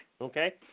okay